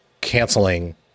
canceling